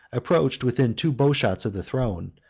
approached within two bow-shots of the throne,